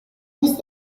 دویست